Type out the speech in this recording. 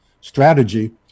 strategy